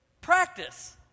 practice